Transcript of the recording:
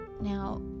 Now